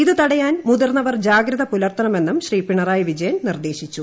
ഇതു തടയാൻ മുതിർന്നവർ ജാഗ്രത പുലർത്തണമെന്നും ശ്രീ പിണറായി വിജയൻ നിർദ്ദേശിച്ചു